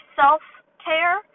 self-care